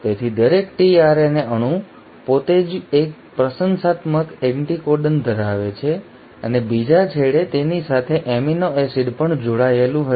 તેથી દરેક tRNA અણુ પોતે જ એક પ્રશંસાત્મક એન્ટિકોડન ધરાવે છે અને બીજા છેડે તેની સાથે એમિનો એસિડ પણ જોડાયેલું હશે